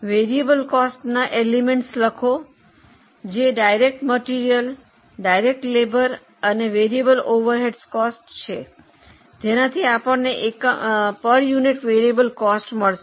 ચલિત ખર્ચના તત્વો લખો જે પ્રત્યક્ષ માલ સામાન પ્રત્યક્ષ મજૂરી અને ચલિત પરોક્ષ ખર્ચ છે જેનાથી આપણને એકમ દીઠ ચલિત ખર્ચ મળશે